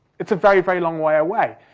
it's a very, very long way away.